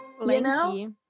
Lanky